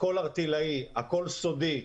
הכול ערטילאי, הכול סודי.